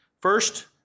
First